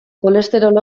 kolesterol